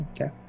Okay